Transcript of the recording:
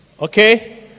Okay